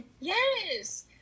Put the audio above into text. Yes